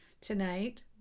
tonight